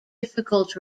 difficult